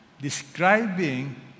Describing